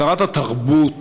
שרת התרבות,